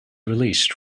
released